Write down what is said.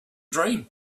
dream